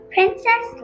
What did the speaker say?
Princess